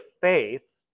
faith